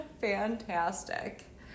Fantastic